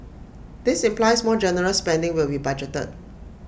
this implies more generous spending will be budgeted